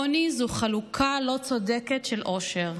עוני הוא חלוקה לא צודקת של אושר.